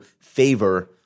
favor